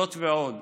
זאת ועוד,